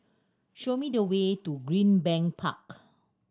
show me the way to Greenbank Park